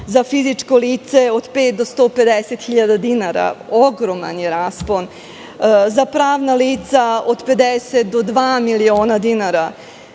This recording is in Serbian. za fizičko lice od pet do 150 hiljada dinara. Ogroman je raspon. Za pravna lica od 50 do dva miliona dinara,